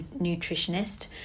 nutritionist